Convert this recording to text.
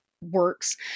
works